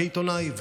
כעיתונאי,